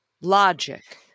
logic